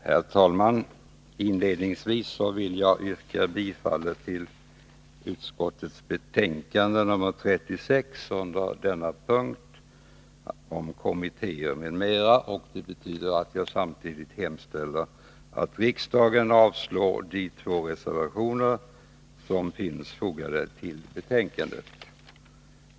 Herr talman! Inledningsvis vill jag yrka bifall till hemställan i utskottets betänkande nr 36 under denna punkt, som gäller kommittéer m.m. Det betyder att jag samtidigt hemställer att riksdagen avslår de två reservationer som finns fogade till betänkandet.